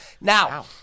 Now